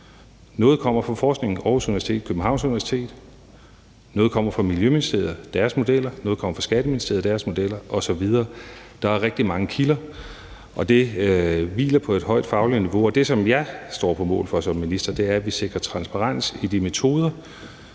Noget kommer fra forskningen på Aarhus Universitet og Københavns Universitet, noget kommer fra Miljøministeriet og deres modeller, noget kommer fra Skatteministeriet og deres modeller, osv. Der er rigtig mange kilder, og det hviler på et højt fagligt niveau. Det, som jeg står på mål for som minister, er, at vi sikrer transparens i de metoder,